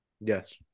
Yes